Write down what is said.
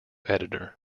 editor